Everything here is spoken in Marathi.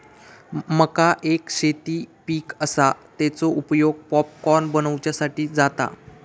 मका एक शेती पीक आसा, तेचो उपयोग पॉपकॉर्न बनवच्यासाठी जाता